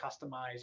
customize